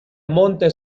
monte